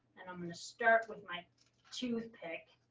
and i'm going to start with my tooth pick.